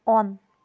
on